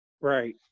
Right